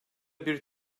bir